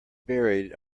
buried